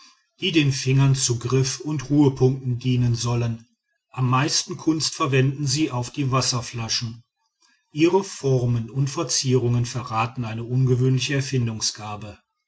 die den fingern zu griff und ruhepunkten dienen sollen am meisten kunst verwenden sie auf die wasserflaschen ihre formen und verzierungen verraten eine ungewöhnliche erfindungsgabe